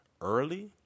early